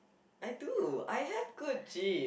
I do I have good genes